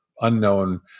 unknown